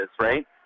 right